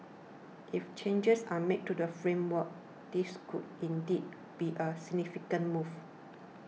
if changes are made to the framework this could indeed be a significant move